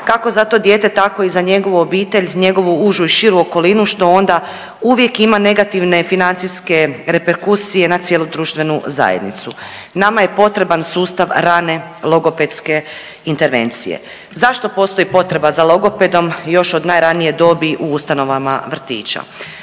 kako za to dijete tako i za njegovu obitelj, njegovu užu i širu okolinu što onda uvijek ima negativne financijske reperkusije na cijelu društvenu zajednicu. Nama je potreban sustav rane logopedske intervencije. Zašto postoji potreba za logopedom još od najranije dobi u ustanovama vrtića?